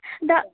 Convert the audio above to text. डाक्